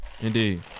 Indeed